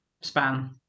span